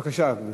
בבקשה, גברתי.